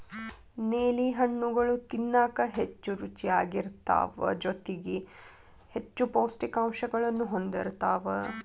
ನೇಲಿ ಹಣ್ಣುಗಳು ತಿನ್ನಾಕ ಹೆಚ್ಚು ರುಚಿಯಾಗಿರ್ತಾವ ಜೊತೆಗಿ ಹೆಚ್ಚು ಪೌಷ್ಠಿಕಾಂಶಗಳನ್ನೂ ಹೊಂದಿರ್ತಾವ